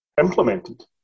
implemented